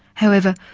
however,